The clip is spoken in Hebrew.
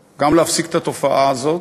חד-צדדי.